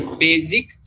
basic